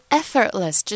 effortless